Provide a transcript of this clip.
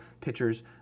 pitchers